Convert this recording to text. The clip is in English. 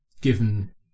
given